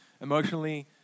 emotionally